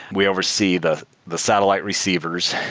we oversee the the satellite receivers.